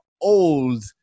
old